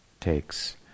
takes